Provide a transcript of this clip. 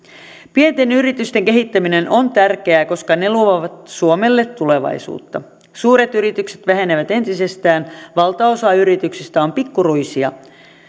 pienten yritysten kehittäminen on tärkeää koska ne luovat suomelle tulevaisuutta suuret yritykset vähenevät entisestään valtaosa yrityksistä on pikkuruisia